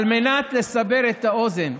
על מנת לסבר את האוזן,